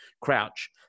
crouch